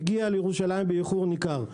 הוא הגיע לירושלים באיחור ניכר.